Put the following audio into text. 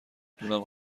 دونم